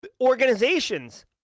organizations